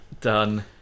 Done